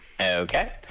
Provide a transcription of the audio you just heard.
Okay